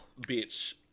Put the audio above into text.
Bitch